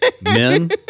Men